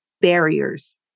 barriers